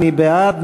מי בעד?